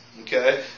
Okay